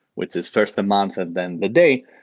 which is first the month and then the day.